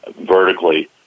vertically